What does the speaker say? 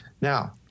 now